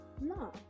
No